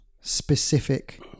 specific